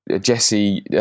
Jesse